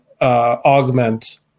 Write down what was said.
augment